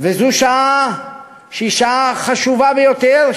וזו שעה שהיא שעה חשובה ביותר,